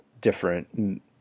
different